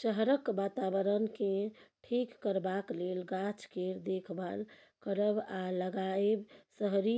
शहरक बाताबरणकेँ ठीक करबाक लेल गाछ केर देखभाल करब आ लगाएब शहरी